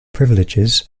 privileges